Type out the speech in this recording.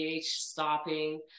stopping